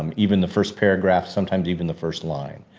um even the first paragraph sometimes even the first line.